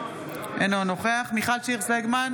אינו נוכח מיכל שיר סגמן,